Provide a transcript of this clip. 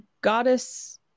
goddess